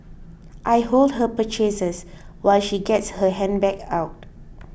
I hold her purchases while she gets her handbag out